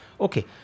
Okay